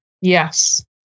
Yes